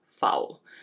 foul